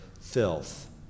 filth